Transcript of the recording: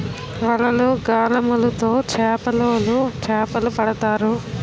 వలలు, గాలములు తో చేపలోలు చేపలు పడతారు